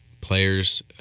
players